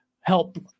help